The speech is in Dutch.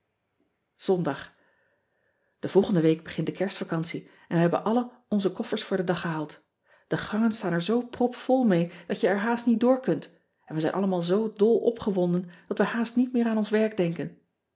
ondag e volgende week begint de erstvacantie en wij hebben allen onze koffers voor den dag gehaald e gangen staan er zoo propvol mee dat je er haast niet door kunt en wij zijn allemaal zoo dol opgewonden dat we haast niet meer aan ons werk denken